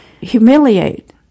humiliate